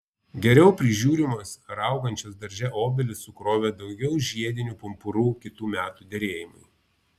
geriau prižiūrimos ar augančios darže obelys sukrovė daugiau žiedinių pumpurų kitų metų derėjimui